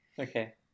Okay